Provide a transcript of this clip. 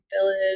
Village